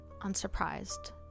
unsurprised